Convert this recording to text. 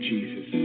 Jesus